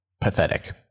pathetic